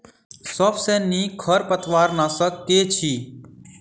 सबसँ नीक खरपतवार नाशक केँ अछि?